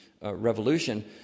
revolution